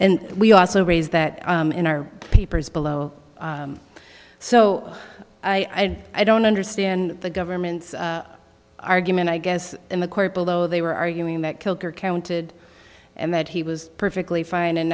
and we also raise that in our papers below so i i don't understand the government's argument i guess in the court below they were arguing that kilgour counted and that he was perfectly fine and